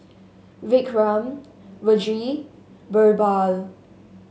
Vikram Vedre BirbaL